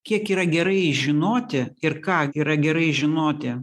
kiek yra gerai žinoti ir ką yra gerai žinoti